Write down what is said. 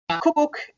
cookbook